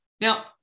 Now